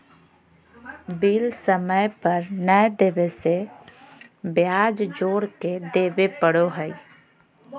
bill समय पर नयय देबे से ब्याज जोर के देबे पड़ो हइ